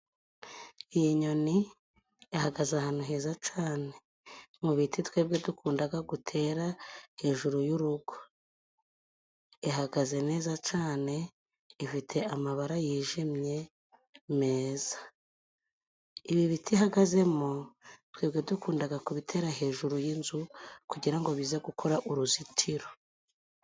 Iyi nyoni ihagaze ahantu heza cane, mu biti twebwe dukundaga gutera hejuru y'urugo, ihagaze neza cane ifite amabara yijimye meza. Ibi biti ihagazemo, twebwe dukundaga kubitera hejuru y'inzu kugira ngo bize gukora uruzitiro.